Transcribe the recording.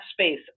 space